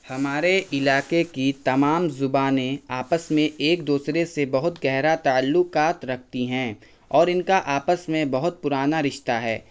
ہمارے علاقے کی تمام زبانیں آپس میں ایک دوسرے سے بہت گہرا تعلقات رکھتی ہیں اور ان کا آپس میں بہت پرانا رشتہ ہے